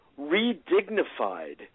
redignified